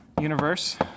universe